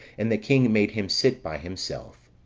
and the king made him sit by himself.